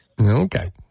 Okay